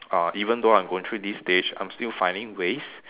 uh even though I'm going through these stage I'm still finding ways